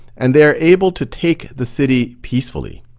and they're able to take the city peacefully.